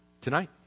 Tonight